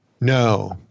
No